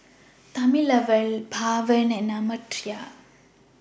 Thamizhavel Pawan and Amartya